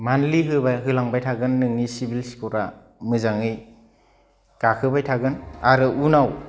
monthly होबाय होलांबाय थागोन नोंनि सिबिल स्करा मोजाङै गखोबाय थागोन आरो उनाव